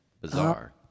Bizarre